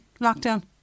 lockdown